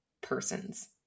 persons